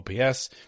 OPS